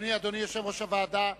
אדוני יושב-ראש הוועדה,